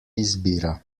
izbira